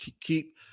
keep